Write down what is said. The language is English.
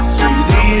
Sweetie